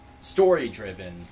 story-driven